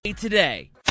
today